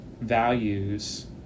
values